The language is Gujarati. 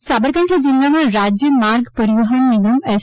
મજદૂરસંઘ સાબરકાંઠા જિલ્લામાં રાજ્ય માર્ગ પરિવહન નિગમ એસ